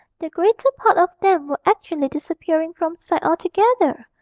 the greater part of them were actually disappearing from sight altogether!